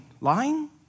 lying